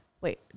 Wait